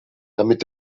damit